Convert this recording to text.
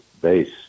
base